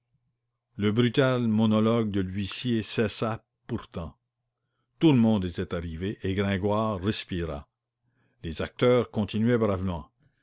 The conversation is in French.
le brutal monologue de l'huissier cessa pourtant tout le monde était arrivé et gringoire respira les acteurs continuaient bravement